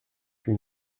huit